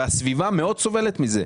והסביבה מאוד סובלת מזה.